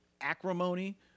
acrimony